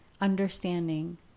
understanding